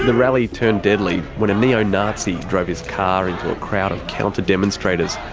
rally turned deadly when a neo-nazi drove his car into a crowd of counter demonstrators,